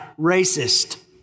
racist